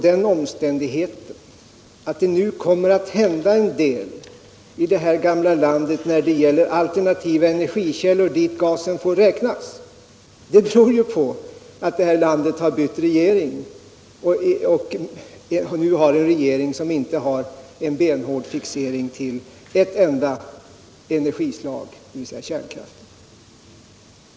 Den omständigheten att det nu kommer au hända en del i det här gamla landet när det gäller alternativa energikällor, dit gasen får räknas, beror ju på att landet har bytt regering och nu har en regering som inte är benhårt fixerad till ett enda energislag, dvs. kärnkraften.